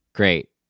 Great